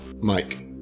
Mike